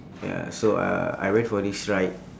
ya so uh I went for this ride